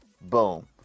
boom